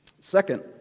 Second